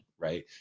right